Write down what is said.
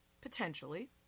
potentially